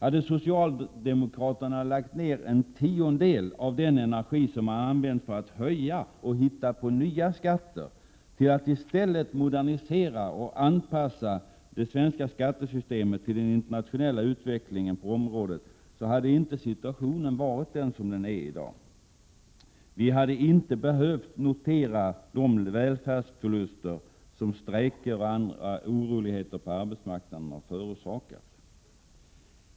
Om socialdemokraterna hade lagt ner en tiondel av den energi som de har använt för att höja och hitta på nya skatter till att i stället modernisera och anpassa det svenska skattesystemet till den internationella utvecklingen på området, hade situationen inte varit den som den är i dag. Vi hade inte behövt notera de välfärdsförluster som strejker och andra oroligheter på arbetsmarknaden har förorsakat.